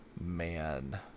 man